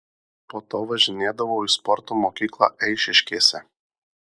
po to važinėdavau į sporto mokyklą eišiškėse